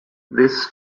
this